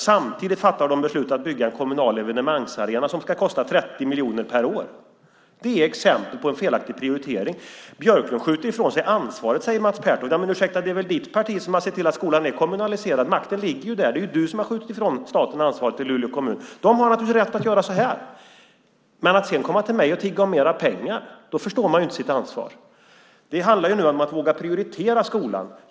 Samtidigt fattade man beslut om att bygga en kommunal evenemangsarena som ska kosta 30 miljoner per år. Det är exempel på en felaktig prioritering. Björklund skjuter ifrån sig ansvaret, säger Mats Pertoft. Ursäkta, men det är väl ditt parti, Mats Pertoft, som har sett till att skolan har blivit kommunaliserad? Makten ligger där. Det är du som har skjutit ansvaret från staten till Luleå kommun. Luleå kommun har naturligtvis rätt att göra så här. Men när man sedan kommer till mig och tigger om mer pengar förstår man inte sitt ansvar. Det handlar nu om att våga prioritera skolan.